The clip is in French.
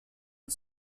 une